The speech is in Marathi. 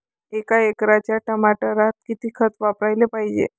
एका एकराच्या टमाटरात किती खत वापराले पायजे?